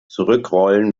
zurückrollen